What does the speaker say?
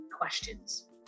questions